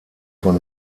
von